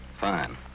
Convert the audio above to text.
Fine